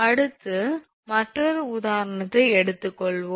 அடுத்து மற்றொரு உதாரணத்தை எடுத்துக் கொள்வோம்